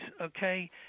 okay